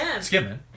Skimming